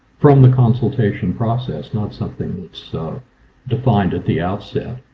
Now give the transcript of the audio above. from the consultation process. not something that's so defined at the outset.